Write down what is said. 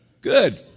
Good